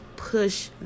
push